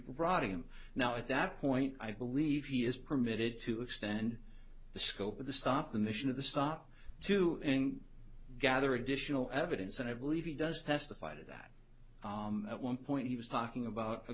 brought him now at that point i believe he is permitted to extend the scope of the stop the mission of the stop to gather additional evidence and i believe he does testify to that at one point he was talking about